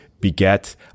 beget